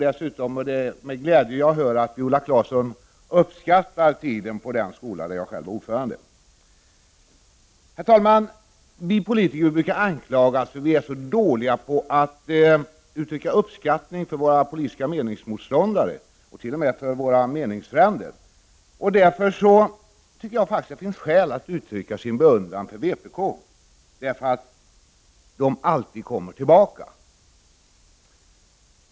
Det är med glädje jag hör att Viola Claesson uppskattar tiden på den skola där jag själv var ordförande. Herr talman! Vi politiker brukar anklagas för att vi är så dåliga på att uttrycka uppskattning för våra politiska meningsmotståndare och t.o.m. för våra meningsfränder. Jag tycker därför att det finns skäl att uttrycka beundran för vpk, eftersom partiet alltid kommer tillbaka.